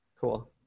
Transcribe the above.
Cool